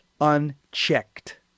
Unchecked